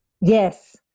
Yes